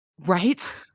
right